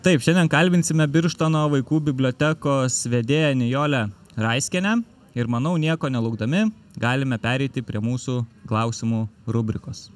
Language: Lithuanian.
taip šiandien kalbinsime birštono vaikų bibliotekos vedėją nijolę raiskienę ir manau nieko nelaukdami galime pereiti prie mūsų klausimų rubrikos